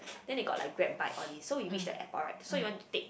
then they got like Grab bike all this so we reach the airport right so we want to take